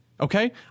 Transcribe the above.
okay